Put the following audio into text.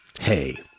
Hey